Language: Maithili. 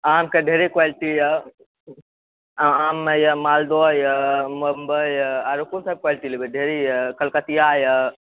आम के ढेरी क्वालिटी यऽ आममे यऽ मालदह यऽ बम्बई यऽ आओर क़ोन सब क्वालिटी लेबै कलकतिया यऽ